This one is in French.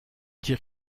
dire